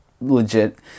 legit